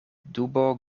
dubo